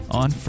on